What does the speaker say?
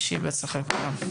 שיהיה בהצלחה לכולם.